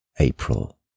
April